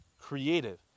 creative